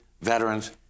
veterans